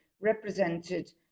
represented